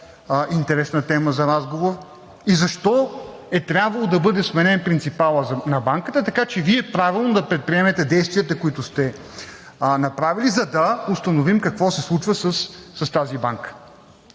интересна тема за разговор. И защо е трябвало да бъде сменен принципалът на банката, така че Вие правилно да предприемете действията, които сте направили, за да установим какво се случва с тази банка?